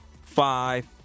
Five